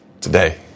Today